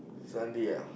Sunday ah